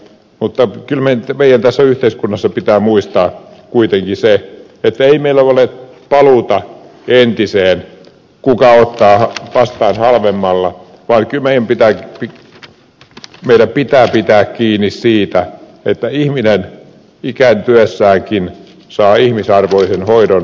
mutta kyllä meidän tässä yhteiskunnassa pitää muistaa kuitenkin se että ei meillä ole paluuta entiseen kuka ottaa vastaan halvemmalla vaan meidän pitää pitää kiinni siitä että ihminen ikääntyessäänkin saa ihmisarvoisen hoidon